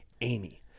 Amy